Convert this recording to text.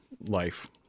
life